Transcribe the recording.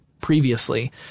previously